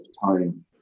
time